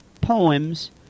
poems